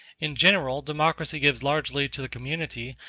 in general, democracy gives largely to the community,